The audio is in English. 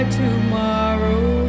tomorrow